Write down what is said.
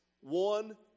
one